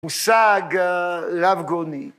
מושג רבגוני.